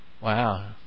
Wow